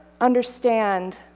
understand